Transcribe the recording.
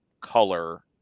color